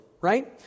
right